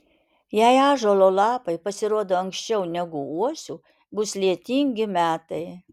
jei ąžuolo lapai pasirodo anksčiau negu uosių bus lietingi metai